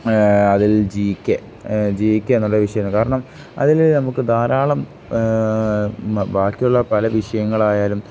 അതിൽ G K G K എന്നുള്ള വിഷയമാണ് കാരണം അതിൽ നമുക്ക് ധാരാളം ബാക്കിയുള്ള പല വിഷയങ്ങളായാലും